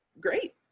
great